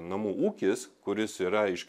namų ūkis kuris yra iš